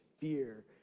fear